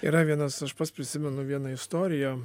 yra vienas aš pats prisimenu vieną istoriją